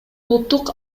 улуттук